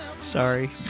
Sorry